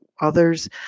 others